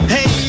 Hey